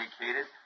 dedicated